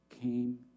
came